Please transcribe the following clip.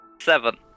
seven